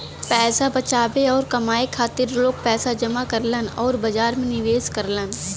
पैसा बचावे आउर कमाए खातिर लोग पैसा जमा करलन आउर बाजार में निवेश करलन